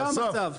זה המצב.